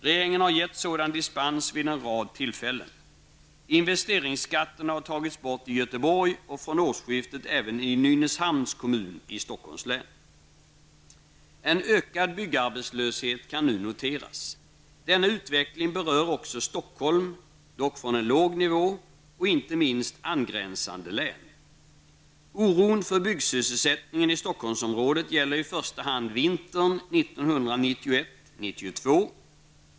Regeringen har gett sådan dispens vid en rad tillfällen. Investeringsskatten har tagits bort i Göteborg och från årsskiftet även i Nynäshamns kommun i Stockholms län. En ökad byggarbetslöshet kan nu noteras. Denna utveckling berör också Stockholm -- dock från en låg nivå -- och inte minst angränsande län. Oron för byggsysselsättningen i Stockholmsområdet gäller i första hand vintern 1991-1992.